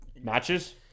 Matches